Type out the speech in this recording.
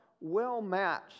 well-matched